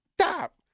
stop